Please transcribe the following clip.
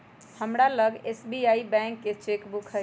हमरा लग SBI bank के चेक बुक हइ